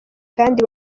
kandi